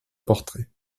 portrait